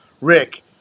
Rick